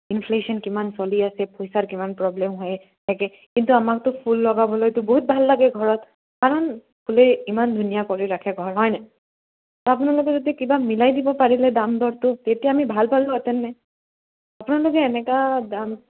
inflation কিমান চলি আছে পইচাৰ কিমান প্ৰব্লেম হৈ থাকে কিন্তু আমাকতো ফুল লগাবলৈতো বহুত ভাল লাগে ঘৰত কাৰণ ফুলে ইমান ধুনীয়া কৰি ৰাখে ঘৰ হয়নে ত' আপোনালোকে যদি কিবা মিলাই দিব পাৰিলে দাম দৰটো তেতিয়া আমি ভাল পালোহেঁতেননে আপোনালোকে এনেকুৱা দাম